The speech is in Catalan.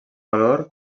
valor